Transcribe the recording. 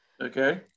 Okay